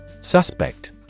Suspect